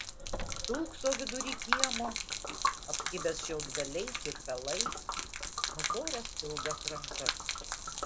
stūkso vidury kiemo apkibęs šiaudgaliais ir pelais nukoręs ilgas rankas